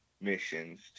missions